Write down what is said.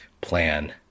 plan